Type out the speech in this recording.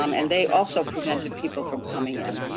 um and they also prevented people from coming in.